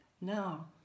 now